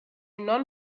non